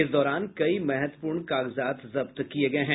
इस दौरान कई महत्वपूर्ण कागजात जब्त किये गये हैं